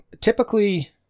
typically